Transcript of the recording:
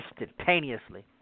instantaneously